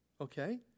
Okay